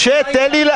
אבל אין מושאלים.